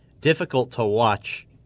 difficult-to-watch